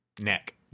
Neck